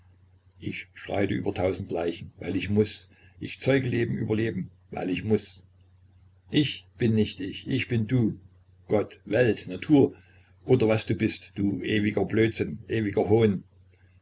ich schreite über tausend leichen weil ich muß und ich zeuge leben über leben weil ich muß ich bin nicht ich ich bin du gott welt natur oder was du bist du ewiger blödsinn ewiger hohn